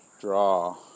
draw